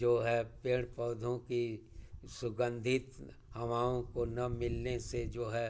जो है पेड़ पौधों की सुगंधित हवाओं को ना मिलने से जो है